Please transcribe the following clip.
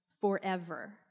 forever